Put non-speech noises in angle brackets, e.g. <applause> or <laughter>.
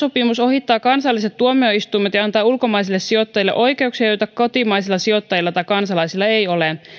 <unintelligible> sopimus ohittaa kansalliset tuomioistuimet ja ja antaa ulkomaisille sijoittajille oikeuksia joita kotimaisilla sijoittajilla tai kansalaisilla ei ole